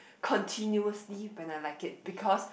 continuously when I like it because